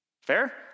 Fair